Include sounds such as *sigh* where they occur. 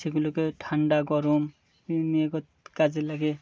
সেগুলোকে ঠান্ডা গরম *unintelligible* কাজে লাগে